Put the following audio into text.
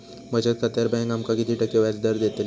बचत खात्यार बँक आमका किती टक्के व्याजदर देतली?